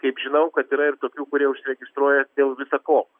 kaip žinau kad yra ir tokių kurie užsiregistruoja dėl visa ko